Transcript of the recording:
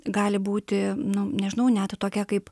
gali būti nu nežinau net tokia kaip